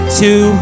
two